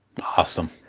Awesome